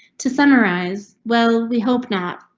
to summarize? well, we hope not,